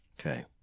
Okay